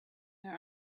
her